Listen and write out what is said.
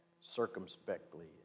circumspectly